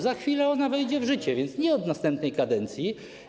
Za chwilę ona wejdzie w życie, więc nie od następnej kadencji.